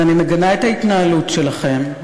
ואני מגנה את ההתנהלות שלכם.